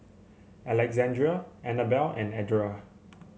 Alexandria Anabelle and Edra